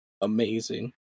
amazing